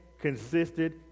consisted